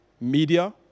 media